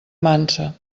mansa